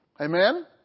Amen